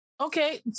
Okay